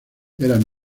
eran